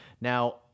Now